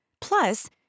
Plus